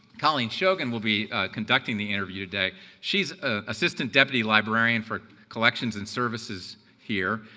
colleen shogan will be conducting the interview today. she's ah assistant deputy librarian for collections and services here.